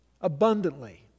abundantly